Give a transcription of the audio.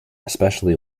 especially